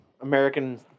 American